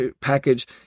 package